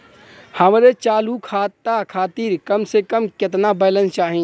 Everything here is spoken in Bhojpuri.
हमरे चालू खाता खातिर कम से कम केतना बैलैंस चाही?